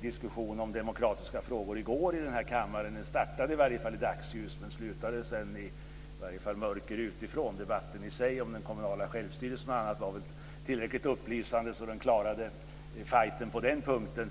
diskussion om demokratiska frågor i går i den här kammaren. Den startade i varje fall i dagsljus, men slutade sedan i varje fall mörker utifrån. Debatten i sig om den kommunala självstyrelsen och annat var väl tillräckligt upplysande för att klara fighten på den punkten.